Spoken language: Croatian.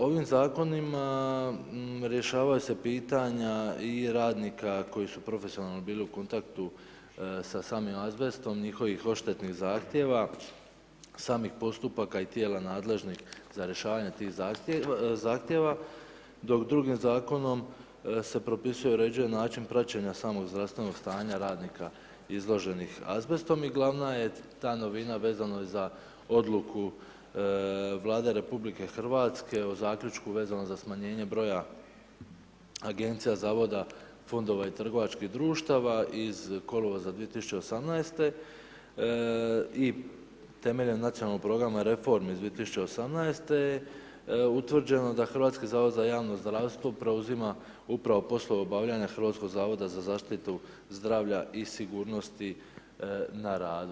Ovim zakonima rješavaju se pitanja i radnika koji su profesionalno bili u kontaktu sa samim azbestom, njihovih odštetnih zahtjeva, samih postupaka i tijela nadležnih za rješavanje tih zahtjeva, dok drugim zakonom se propisuje i određuje način praćenja samog zdravstvenog stanja radnika izloženih azbestom i glavna je ta novina, vezano i za odluku Vlade Republike Hrvatske o zaključku vezanom za smanjenje broja agencija, zavoda, fondova i trgovačkih društva iz kolovoza 2018. i temeljem nacionalnog programa reformi iz 2018. utvrđeno da Hrvatski zavod za javno zdravstvo preuzima upravo poslove obavljanja Hrvatskog zavoda za zaštitu zdravlja i sigurnosti na radu.